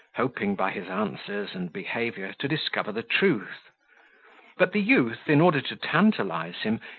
hoping, by his answers and behaviour, to discover the truth but the youth, in order to tantalise him,